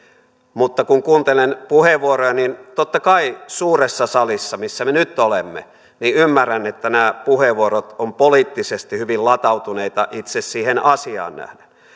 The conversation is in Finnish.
mutta kun kuuntelen puheenvuoroja niin totta kai ymmärrän että suuressa salissa missä me nyt olemme nämä puheenvuorot ovat poliittisesti hyvin latautuneita itse siihen asiaan nähden